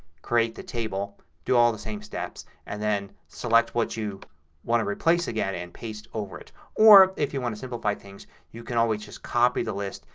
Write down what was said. create the table. do all the same steps and then select what you want to replace and paste over it. or if you want to simplify things you can always just copy the list,